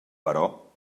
però